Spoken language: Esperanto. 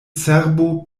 cerbo